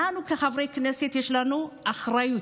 אנחנו, כחברי כנסת, יש לנו אחריות,